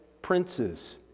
princes